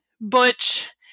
butch